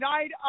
night